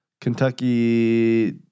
Kentucky